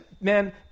man